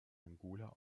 angola